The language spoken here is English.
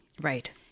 Right